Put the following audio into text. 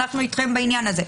אנחנו איתכם בעניין הזה.